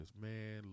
Man